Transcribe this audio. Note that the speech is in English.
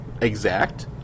exact